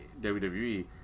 WWE